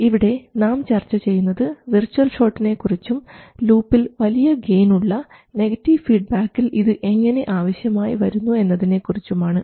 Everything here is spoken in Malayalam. ഇവിടെ നാം ചർച്ച ചെയ്യുന്നത് വിർച്ച്വൽ ഷോട്ടിനെക്കുറിച്ചും ലൂപ്പിൽ വലിയ ഗെയിൻ ഉള്ള നെഗറ്റീവ് ഫീഡ്ബാക്കിൽ ഇത് എങ്ങനെ ആവശ്യമായിവരുന്നു എന്നതിനെക്കുറിച്ചും ആണ്